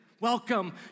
Welcome